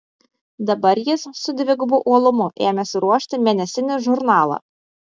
dabar jis su dvigubu uolumu ėmėsi ruošti mėnesinį žurnalą